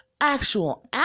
actual